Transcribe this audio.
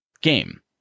game